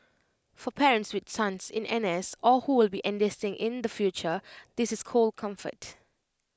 for parents with sons in N S or who will be enlisting in the future this is cold comfort